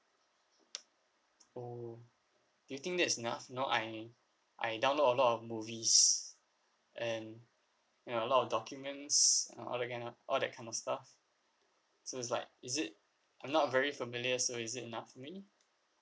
oh do you think that's enough you know I I download a lot of movies and a lot of documents all that kind of all that kind of stuff so it's like is it I'm not very familiar so is it enough for me